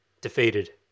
defeated